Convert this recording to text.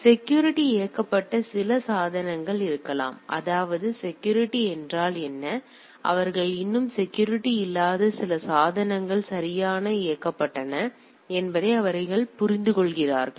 எனவே செக்யூரிட்டி இயக்கப்பட்ட சில சாதனங்கள் இருக்கலாம் அதாவது செக்யூரிட்டி என்றால் என்ன அவர்கள் இன்னும் செக்யூரிட்டி இல்லாத சில சாதனங்கள் சரியாக இயக்கப்பட்டன என்பதை அவர்கள் புரிந்துகொள்கிறார்கள்